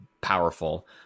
powerful